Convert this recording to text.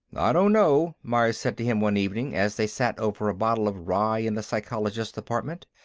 i don't know, myers said to him, one evening, as they sat over a bottle of rye in the psychologist's apartment.